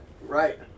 right